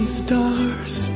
stars